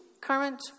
current